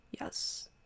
Yes